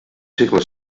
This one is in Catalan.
segles